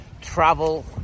travel